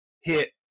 hit